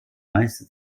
meiste